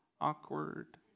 Awkward